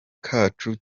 kacu